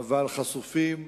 אבל חשופים,